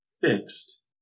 fixed